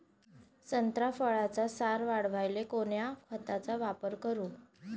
संत्रा फळाचा सार वाढवायले कोन्या खताचा वापर करू?